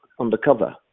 undercover